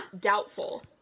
Doubtful